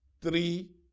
three